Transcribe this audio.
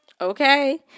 Okay